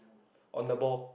on the ball